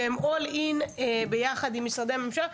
שהם אול-אין ביחד עם משרדי הממשלה.